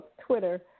Twitter